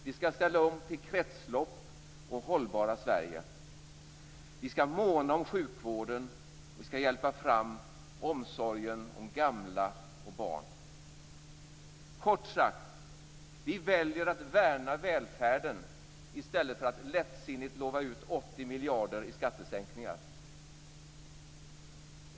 Vi skall ställa om till kretslopp och det hållbara Sverige. Vi skall måna om sjukvården. Vi skall hjälpa fram omsorgen om gamla och barn. Kort sagt: Vi väljer att värna välfärden, i stället för att lättsinnigt lova ut 80 miljarder i skattesänkningar.